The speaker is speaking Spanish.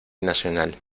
nacional